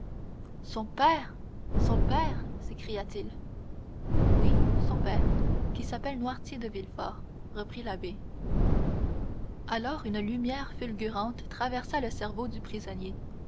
son père son père s'écria-t-il oui son père qui s'appelle noirtier de villefort reprit l'abbé alors une lumière fulgurante traversa le cerveau du prisonnier